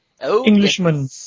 Englishman